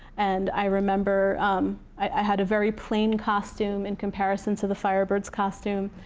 and i remember i had a very plain costume in comparison to the firebird's costume,